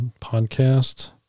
podcast